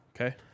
Okay